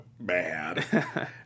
bad